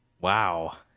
Wow